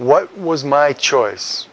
what was my choice